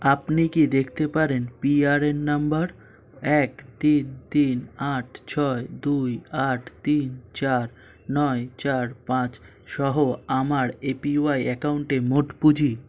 আপনি কি দেখতে পারেন পিআরএন নাম্বার এক তিন তিন আট ছয় দুই আট তিন চার নয় চার পাঁচ সহ আমার এপিওয়াই অ্যাকাউন্টে মোট পুঁজি